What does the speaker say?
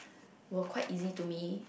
were quite easy to me